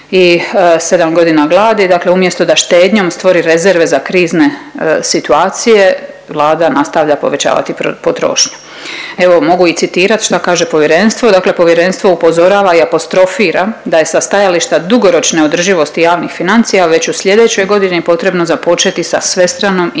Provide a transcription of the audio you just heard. i 7 godina gladi. Dakle, umjesto da štednjom stvori rezerve za krizne situacije Vlada nastavlja povećavati potrošnju. Evo mogu i citirat šta kaže povjerenstvo, dakle povjerenstvo upozorava i apostrofira da je sa stajališta dugoročne održivosti javnih financija već u slijedećoj godini potrebno započeti sa svestranom i razboritom